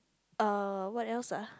uh what else ah